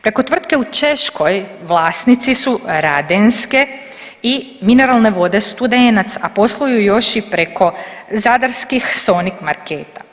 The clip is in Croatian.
Preko tvrtke u Češkoj vlasnici su Radenske i mineralne vode Studenac, a posluju još i preko zadarskih Sonik marketa.